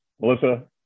Melissa